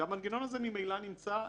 והמנגנון הזה ממילא נמצא.